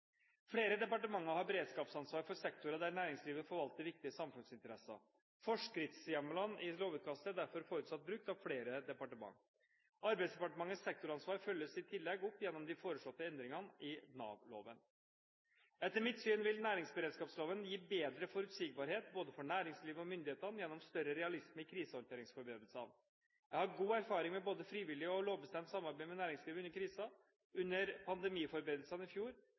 sektorer der næringslivet forvalter viktige samfunnsinteresser. Forskriftshjemlene i lovutkastet er derfor forutsatt brukt av flere departementer. Arbeidsdepartementets sektoransvar følges i tillegg opp gjennom de foreslåtte endringene i Nav-loven. Etter mitt syn vil næringsberedskapsloven gi bedre forutsigbarhet for både næringslivet og myndighetene gjennom større realisme i krisehåndteringsforberedelsene. Jeg har god erfaring med både frivillig og lovbestemt samarbeid med næringslivet under kriser. Under pandemiforberedelsene i fjor